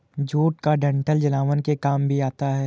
jute का डंठल जलावन के काम भी आता है